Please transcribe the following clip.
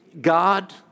God